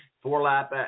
Four-lap